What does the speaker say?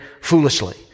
foolishly